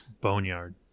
Boneyard